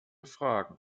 fragen